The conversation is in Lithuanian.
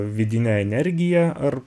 vidine energija ar